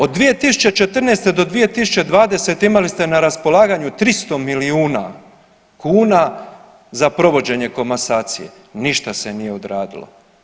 Od 2014.-2020. imali ste na raspolaganju 300 milijuna kuna za provođenje komasacije, ništa se nije odradilo.